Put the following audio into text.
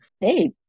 Hey